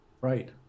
Right